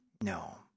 No